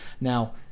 now